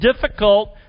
difficult